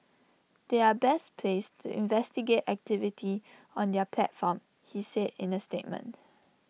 they are best placed to investigate activity on their platform he said in A statement